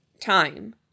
time